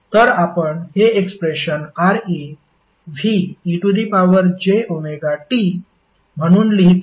तर आपण हे एक्सप्रेशन ReVejωt म्हणून लिहितो